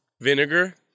Vinegar